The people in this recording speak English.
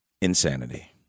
Insanity